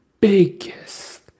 biggest